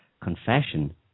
confession